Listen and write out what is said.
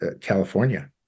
California